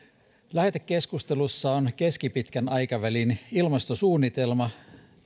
lähetekeskustelussa on keskipitkän aikavälin ilmastosuunnitelma